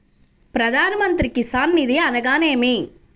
ప్రధాన మంత్రి కిసాన్ నిధి అనగా నేమి?